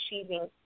achieving